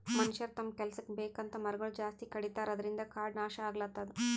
ಮನಷ್ಯರ್ ತಮ್ಮ್ ಕೆಲಸಕ್ಕ್ ಬೇಕಂತ್ ಮರಗೊಳ್ ಜಾಸ್ತಿ ಕಡಿತಾರ ಅದ್ರಿನ್ದ್ ಕಾಡ್ ನಾಶ್ ಆಗ್ಲತದ್